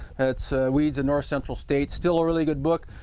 its weeds in north central states. still a really good book.